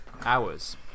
Hours